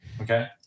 okay